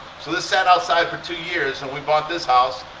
so this sat outside for two years and we bought this house,